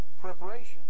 preparation